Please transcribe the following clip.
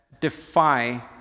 defy